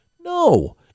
No